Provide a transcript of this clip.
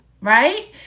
right